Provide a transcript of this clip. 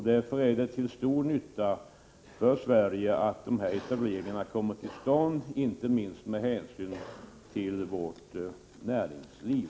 Därför är det till stor nytta för Sverige att sådana här etableringar kommer till stånd, inte minst med hänsyn till vårt näringsliv.